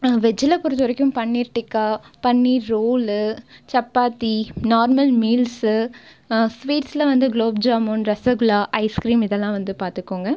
வெஜ்ஜில் பொறுத்தவரைக்கும் paneer tikka paneer roll chapati normal meals ஸ்வீட்ஸ்சில் வந்து குலோப் ஜாமுன் ரசகுல்லா ஐஸ் கிரீம் இதெல்லாம் வந்து பார்த்துக்கோங்க